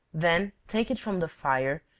then take it from the fire,